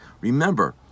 Remember